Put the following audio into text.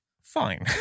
fine